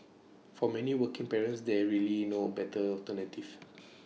for many working parents there's really no A better alternative